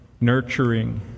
nurturing